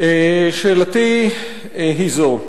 שאלתי היא זו: